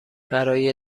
برای